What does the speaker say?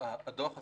הדוח עסק,